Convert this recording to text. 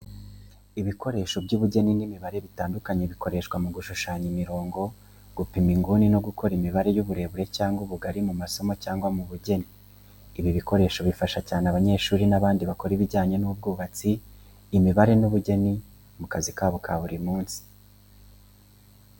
Ibikoresho by’ubugeni n’imibare bitandukanye bikoreshwa mu gushushanya imirongo, gupima inguni no gukora imibare y’uburebure cyangwa ubugari mu masomo cyangwa mu bugeni. Ibi bikoresho bifasha cyane abanyeshuri n’abandi bakora ibijyanye n’ubwubatsi, imibare n’ubugeni mu kazi kabo ka buri munsi.